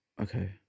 Okay